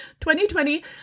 2020